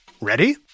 Ready